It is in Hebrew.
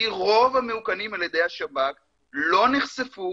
כי רוב המאוכנים על ידי השב"כ לא נחשפו